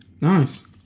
Nice